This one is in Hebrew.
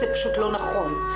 זה פשוט לא נכון.